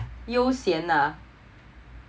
悠闲 ah